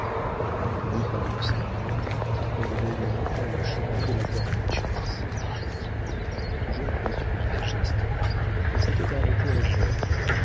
venue par le simplon elle revenait par le chemin de la corniche à marseille toujours à cause du paysagiste elle s'était arrêtée à gênes